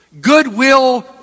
goodwill